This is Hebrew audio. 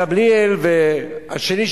גמליאל והשני,